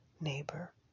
neighbor